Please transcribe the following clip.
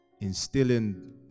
instilling